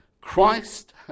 Christ